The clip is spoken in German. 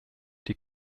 die